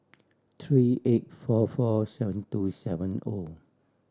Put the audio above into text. three eight four four seven two seven O